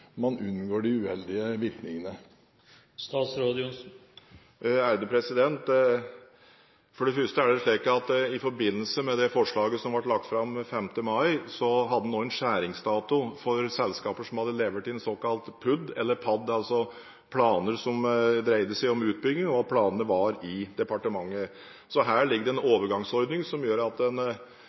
man ikke vil bygge ut? For det første: I forbindelse med det forslaget som ble lagt fram 5. mai, hadde en også en skjæringsdato for selskaper som hadde levert inn såkalt PUD, eller PAD, altså planer som dreier seg om utbygging, og at planene var i departementet. Så her ligger det en overgangsordning som gjør at selskaper som hadde kommet langt i beslutningsprosessen, skjærer fri fra denne endringen. Det andre som vi ser på, er en